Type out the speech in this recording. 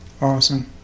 Awesome